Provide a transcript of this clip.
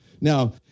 Now